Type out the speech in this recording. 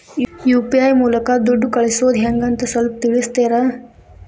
UPI ಮೂಲಕ ದುಡ್ಡು ಕಳಿಸೋದ ಹೆಂಗ್ ಅಂತ ಸ್ವಲ್ಪ ತಿಳಿಸ್ತೇರ?